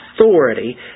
authority